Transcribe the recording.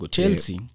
Chelsea